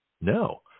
No